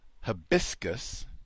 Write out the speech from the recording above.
hibiscus